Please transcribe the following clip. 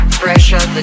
pressure